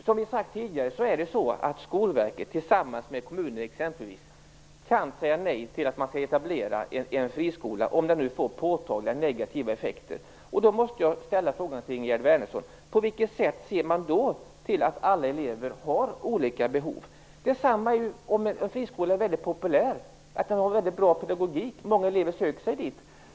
Skolverket kan, som vi har sagt tidigare, tillsammans med exempelvis kommunen säga nej till etablering av en friskola om detta får påtagliga negativa effekter. Jag måste fråga Ingegerd Wärnersson: På vilket sätt ser man då till detta med att alla elever har olika behov? Detsamma gäller ju om en friskola är väldigt populär, om den har väldigt bra pedagogik så att många elever söker sig dit.